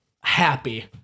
happy